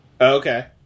okay